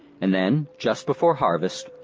and then, just before harvest,